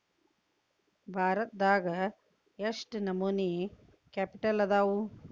ಭಾರತದಾಗ ಯೆಷ್ಟ್ ನಮನಿ ಕ್ಯಾಪಿಟಲ್ ಅದಾವು?